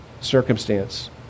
circumstance